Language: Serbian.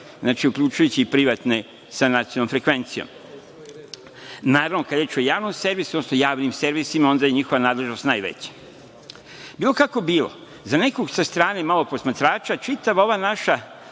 znači, uključujući i privatne sa nacionalnom frekvencijom. Naravno, kad je reč o Javnom servisu, odnosno javnim servisima onda je njihova nadležnost najveća. Bilo kako bilo, za nekog sa strane, malo posmatrača, čitava ova naša